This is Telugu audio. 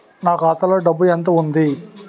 నా ఖాతాలో డబ్బు ఎంత ఉంది?